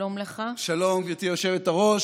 שלום, גברתי היושבת-ראש.